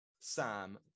Sam